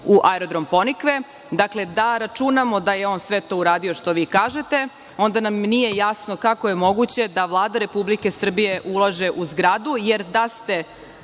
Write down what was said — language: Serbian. u Aerodrom „Ponikve“, dakle da računamo da je on sve to uradio što vi kažete onda nam nije jasno kako je moguće da Vlada Republike Srbije ulaže u zgradu, jer da smo